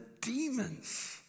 demons